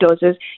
doses